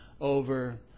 over